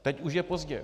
Teď už je pozdě.